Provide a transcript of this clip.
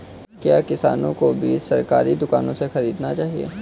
क्या किसानों को बीज सरकारी दुकानों से खरीदना चाहिए?